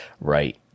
right